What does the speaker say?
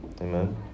Amen